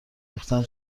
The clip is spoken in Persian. ریختن